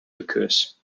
occurs